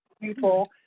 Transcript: people